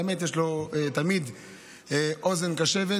האמת היא שיש לו תמיד אוזן קשבת,